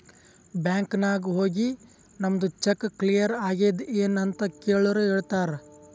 bank ನಾಗ್ ಹೋಗಿ ನಮ್ದು ಚೆಕ್ ಕ್ಲಿಯರ್ ಆಗ್ಯಾದ್ ಎನ್ ಅಂತ್ ಕೆಳುರ್ ಹೇಳ್ತಾರ್